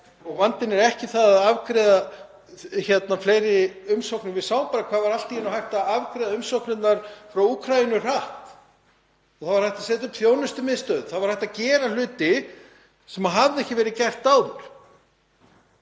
Vandinn er ekki sá að afgreiða fleiri umsóknir. Við sáum bara hvað allt í einu var hægt að afgreiða umsóknirnar frá Úkraínu hratt. Það var hægt að setja upp þjónustumiðstöð, það var hægt að gera hluti sem höfðu ekki verið gerðir áður.